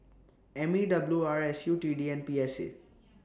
M E W R S U T D and P S A